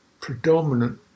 predominant